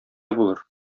булыр